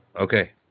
Okay